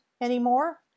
anymore